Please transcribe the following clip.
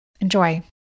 Enjoy